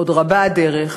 עוד רבה הדרך,